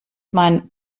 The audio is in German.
mein